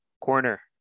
corner